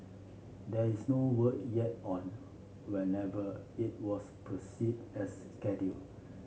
there is no word yet on whenever it was proceed as scheduled